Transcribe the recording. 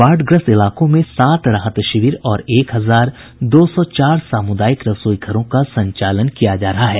बाढ़ग्रस्त इलाकों में सात राहत शिविर और एक हजार दो सौ चार सामुदायिक रसोई घरों का संचालन किया जा रहा है